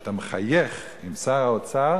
שאתה מחייך עם שר האוצר